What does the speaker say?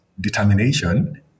determination